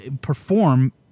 perform